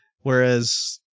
Whereas